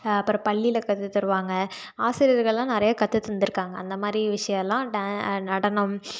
அப்புறம் பள்ளியில் கற்றுத்தருவாங்க ஆசிரியர்களெலாம் நிறையா கற்றுத் தந்திருக்காங்க அந்தமாதிரி விஷயம்லாம் டான் நடனம்